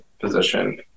position